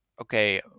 Okay